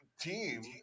team